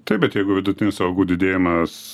taip bet jeigu vidutinis algų didėjimas